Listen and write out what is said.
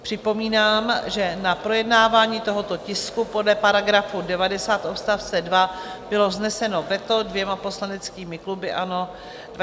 Připomínám, že na projednávání tohoto tisku podle § 90 odst. 2 bylo vzneseno veto dvěma poslaneckými kluby ANO 2011 a SPD.